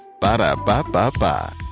Ba-da-ba-ba-ba